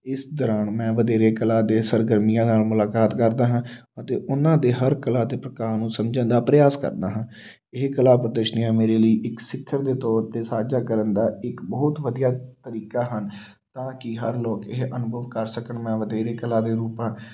ਇਸ ਦੌਰਾਨ ਮੈਂ ਵਧੇਰੇ ਕਲਾ ਦੇ ਸਰਗਰਮੀਆਂ ਨਾਲ ਮੁਲਾਕਾਤ ਕਰਦਾ ਹਾਂ ਅਤੇ ਉਨ੍ਹਾਂ ਦੇ ਹਰ ਕਲਾ ਦੇ ਪ੍ਰਕਾਰ ਨੂੰ ਸਮਝਣ ਦਾ ਪ੍ਰਿਆਸ ਕਰਦਾ ਹਾਂ ਇਹ ਕਲਾ ਪ੍ਰਦਸ਼ਨੀਆਂ ਮੇਰੇ ਲਈ ਇੱਕ ਸਿਖਰ ਦੇ ਤੌਰ 'ਤੇ ਸਾਂਝਾ ਕਰਨ ਦਾ ਇੱਕ ਬਹੁਤ ਵਧੀਆ ਤਰੀਕਾ ਹਨ ਤਾਂ ਕਿ ਹਰ ਲੋਕ ਇਹ ਅਨੁਭਵ ਕਰ ਸਕਣ ਮੈਂ ਵਧੇਰੇ ਕਲਾ ਦੇ ਰੂਪਾਂ